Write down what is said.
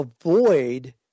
avoid